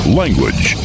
language